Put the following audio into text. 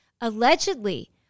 Allegedly